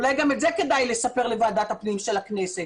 אולי גם את זה כדאי לספר לוועדת הפנים של הכנסת.